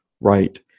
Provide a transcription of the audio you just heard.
right